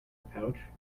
pouch